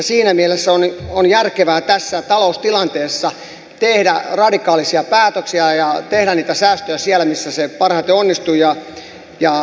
siinä mielessä on järkevää tässä taloustilanteessa tehdä radikaaleja päätöksiä ja tehdä niitä säästöjä siellä missä se parhaiten onnistuu